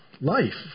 life